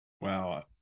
Wow